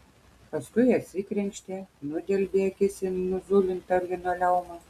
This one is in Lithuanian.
paskui atsikrenkštė nudelbė akis į nuzulintą linoleumą